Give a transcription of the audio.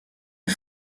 est